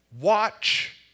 watch